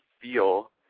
feel